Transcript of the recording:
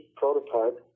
prototype